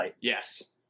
Yes